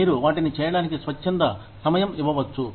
మీరు వాటిని చేయడానికి స్వచ్ఛంద సమయం ఇవ్వవచ్చు